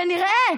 ונראה,